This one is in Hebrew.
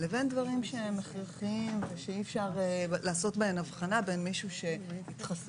לבין דברים שהם הכרחיים ושאי אפשר לעשות בהם הבחנה בין מישהו שהתחסן